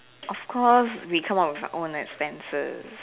of course we come out with our own expenses